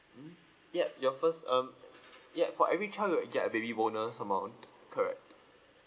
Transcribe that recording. mm yup your first um yup for every child you'll get a baby bonus amount correct